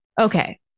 Okay